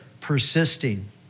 persisting